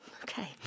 Okay